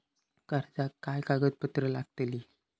कर्जाक काय कागदपत्र लागतली?